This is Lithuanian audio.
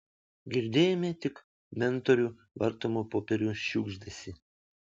girdėjome tik mentorių vartomų popierių šiugždesį